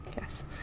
Yes